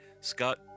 Scott